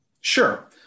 Sure